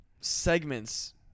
segments